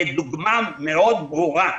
כדוגמה ברורה מאוד.